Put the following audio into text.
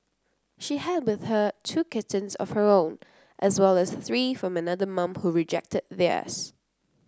she had with her two kittens of her own as well as three from another mum who rejected